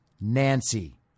Nancy